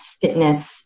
fitness